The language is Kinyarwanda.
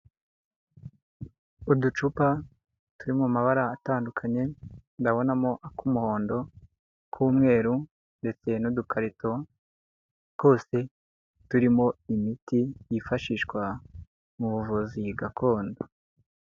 Uducupa turi mu mabara atandukanye, ndabonamo ak'umuhondo, ak'umweru ndetse n'udukarito twose turimo imiti yifashishwa mu buvuzi gakondo.